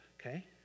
okay